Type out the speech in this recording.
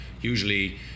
Usually